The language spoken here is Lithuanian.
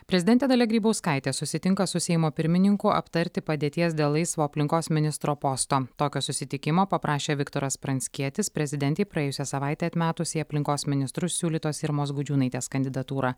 prezidentė dalia grybauskaitė susitinka su seimo pirmininku aptarti padėties dėl laisvo aplinkos ministro posto tokio susitikimo paprašė viktoras pranckietis prezidentei praėjusią savaitę atmetus į aplinkos ministrus siūlytos irmos gudžiūnaitės kandidatūrą